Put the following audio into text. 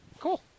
Cool